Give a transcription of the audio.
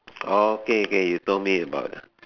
okay K you told me about